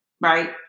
right